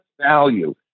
value